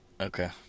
Okay